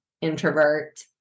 introvert